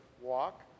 Walk